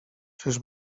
czyż